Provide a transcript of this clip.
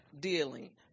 dealing